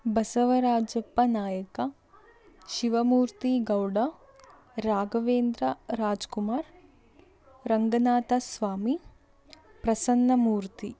Basavarajappa Nayaka Shivamurthy Gowda Raghavendra Raj Kumar Ranganatha Swamy Prasanna Murthy